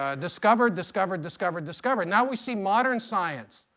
ah discovered, discovered, discovered, discovered. now we see modern science.